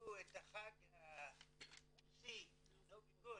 שחגגו את החג הרוסי נובי גוד.